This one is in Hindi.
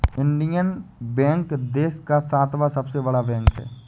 इंडियन बैंक देश का सातवां सबसे बड़ा बैंक है